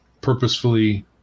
purposefully